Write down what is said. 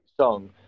song